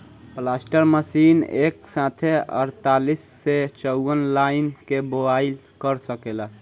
planter machine एक साथे अड़तालीस से चौवन लाइन के बोआई क सकेला